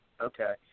Okay